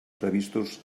previstos